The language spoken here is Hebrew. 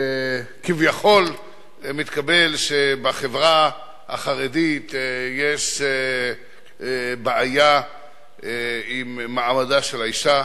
כביכול מתקבל שבחברה החרדית יש בעיה עם מעמדה של האשה,